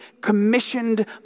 commissioned